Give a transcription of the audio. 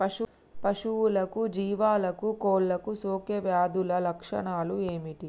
పశువులకు జీవాలకు కోళ్ళకు సోకే వ్యాధుల లక్షణాలు ఏమిటి?